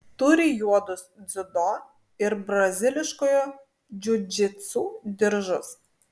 turi juodus dziudo ir braziliškojo džiudžitsu diržus